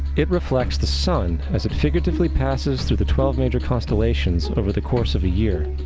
it reflects the sun as it figuratively passes through the twelve major constellations over the course of a year.